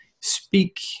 speak